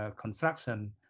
construction